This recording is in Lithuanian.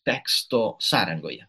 teksto sąrangoje